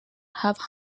have